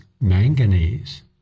manganese